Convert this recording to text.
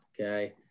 okay